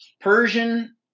Persian